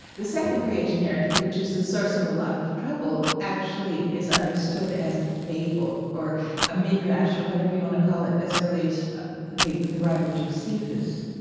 the second creation narrative, which is the source of a lot of trouble, actually is understood as a fable or a midrash or whatever you want to call it as early as ah the the writer josephus.